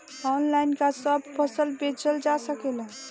Online का सब फसल बेचल जा सकेला?